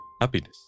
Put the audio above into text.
happiness